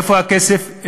איפה הכסף?